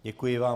Děkuji vám.